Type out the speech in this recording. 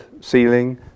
ceiling